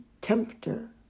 tempter